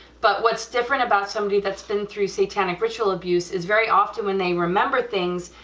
but what's different about somebody that's been through satanic ritual abuse is very often when they remember things,